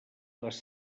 les